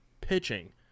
pitching